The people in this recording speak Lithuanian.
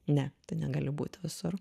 ne tu negali būt visur